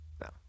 no